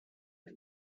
and